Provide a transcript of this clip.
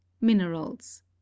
minerals